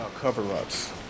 Cover-ups